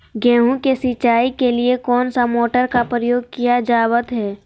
गेहूं के सिंचाई के लिए कौन सा मोटर का प्रयोग किया जावत है?